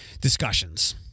discussions